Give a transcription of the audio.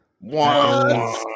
One